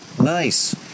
Nice